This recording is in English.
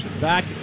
back